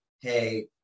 hey